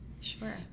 Sure